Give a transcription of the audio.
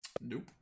Nope